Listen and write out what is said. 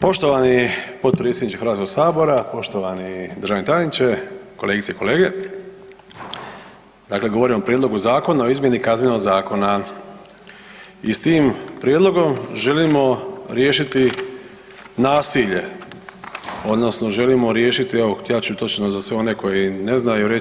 Poštovani potpredsjedniče Hrvatskog sabora, poštovani državni tajniče, kolegice i kolege, dakle govorimo o Prijedlogu Zakona o izmjeni Kaznenog zakona i s tim prijedlogom želimo riješiti nasilje, odnosno želimo riješiti evo ja ću točno za sve one koji ne znaju